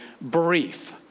brief